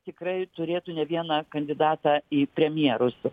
tikrai turėtų ne vieną kandidatą į premjerus